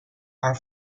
are